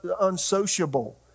unsociable